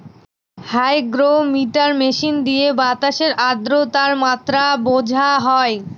hygrometer machine দিয়ে বাতাসের আদ্রতার মাত্রা বোঝা হয়